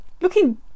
looking